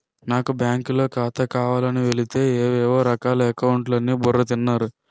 నాకు బాంకులో ఖాతా కావాలని వెలితే ఏవేవో రకాల అకౌంట్లు అని బుర్ర తిన్నారు